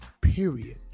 period